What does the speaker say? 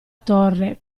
torre